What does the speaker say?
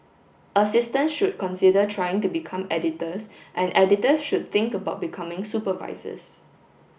assistants should consider trying to become editors and editors should think about becoming supervisors